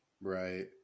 Right